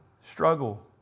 struggle